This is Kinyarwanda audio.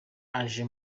aje